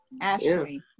Ashley